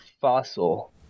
fossil